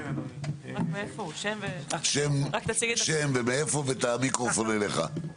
שם ומאיפה ואת המיקרופון אליך.